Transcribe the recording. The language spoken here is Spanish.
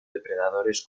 depredadores